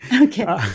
Okay